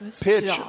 Pitch